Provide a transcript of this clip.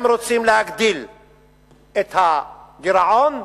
אם רוצים להגדיל את הגירעון,